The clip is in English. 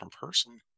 person